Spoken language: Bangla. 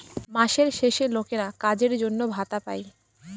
মাসের শেষে লোকেরা কাজের জন্য ভাতা পাই